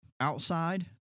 outside